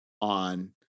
on